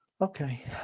Okay